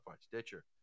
Stitcher